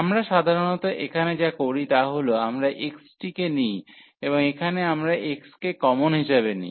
আমরা সাধারণত এখানে যা করি তা হল আমরা x টিকে নিই এবং এখানে আমরা x কে কমন ইিসাবে নিই